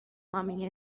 mommy